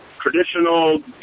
traditional